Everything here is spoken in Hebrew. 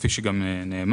כפי שגם נאמר.